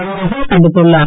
அன்பழகன் கண்டித்துள்ளார்